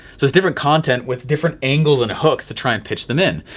so it's different content with different angles and hooks to try and pitch them in.